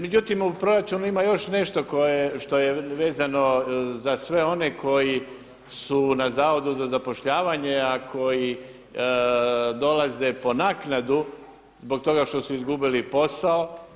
Međutim, u proračunu ima još nešto što je vezano za sve one koji su na Zavodu za zapošljavanje a koji dolaze po naknadu zbog toga što su izgubili posao.